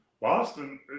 Boston